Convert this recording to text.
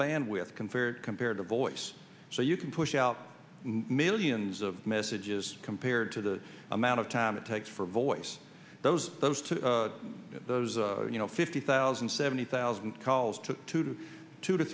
bandwidth can for compared to voice so you can push out millions of messages compared to the amount of time it takes for voice those those to those you know fifty thousand seventy thousand calls to two to two to